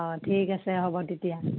অ ঠিক আছে হ'ব তেতিয়া